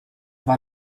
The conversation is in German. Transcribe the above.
war